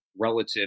relative